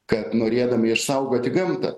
kad norėdami išsaugoti gamtą